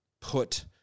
put